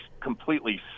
completely